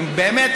באמת,